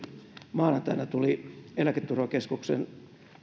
maanantaina tuli eläketurvakeskuksen